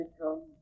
come